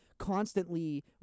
constantly